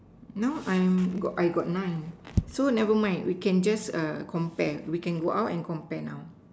now I'm I got nine so never mind we can just err compare we can go out and compare now